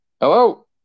hello